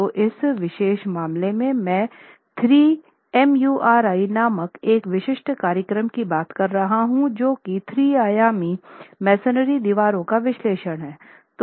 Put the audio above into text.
तो इस विशेष मामले में मैं 3MURI नामक एक विशिष्ट कार्यक्रम की बात कर रहा हूं जो कि 3 आयामी मेसनरी दीवारों का विश्लेषण है